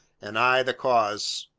and i the cause,